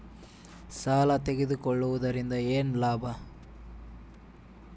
ಸಾಲ ತಗೊಳ್ಳುವುದರಿಂದ ಏನ್ ಲಾಭ?